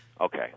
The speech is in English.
Okay